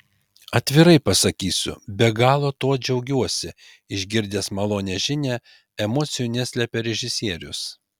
atvirai pasakysiu be galo tuo džiaugiuosi išgirdęs malonią žinią emocijų neslėpė režisierius